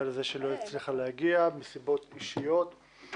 על זה שלא הצליחה להגיע מסיבות אישיות,